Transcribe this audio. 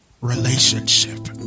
relationship